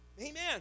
Amen